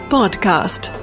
Podcast